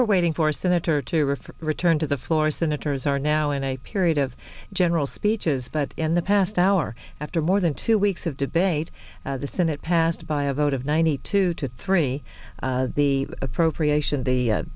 we're waiting for senator to refer returned to the floor senators are now in a period of general speeches but in the past hour after more than two weeks of debate the senate passed by a vote of ninety two to three the appropriation